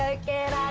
again.